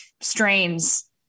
strains